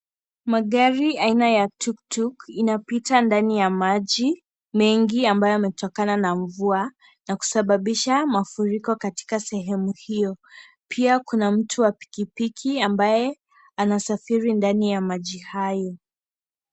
Magari aina ya tuktuk inapita ndani ya maji mengi ambayo yametokana na mvua na kusababisha mafuriko katika sehemu hio. Pia kuna mtu wa pikipiki ambaye anasafiri ndani ya maji hayo.